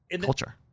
culture